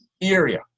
area